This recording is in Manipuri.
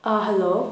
ꯑꯥ ꯍꯜꯂꯣ